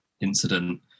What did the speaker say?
incident